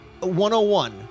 101